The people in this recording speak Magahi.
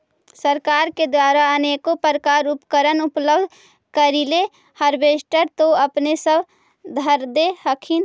सरकार के द्वारा अनेको प्रकार उपकरण उपलब्ध करिले हारबेसटर तो अपने सब धरदे हखिन?